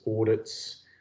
audits